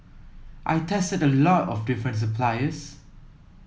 I tested a lot of different suppliers